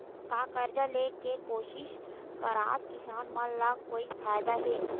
का कर्जा ले के कोशिश करात किसान मन ला कोई फायदा हे?